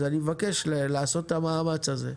אז אני מבקש לעשות את המאמץ הזה.